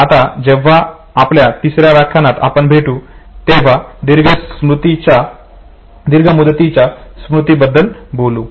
आता जेव्हा आपल्या तिसर्या व्याख्यानात आपण भेटू तेव्हा दीर्घ मुदतीच्या स्मृती बद्दल बोलू